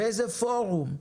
באיזה פורום?